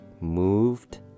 moved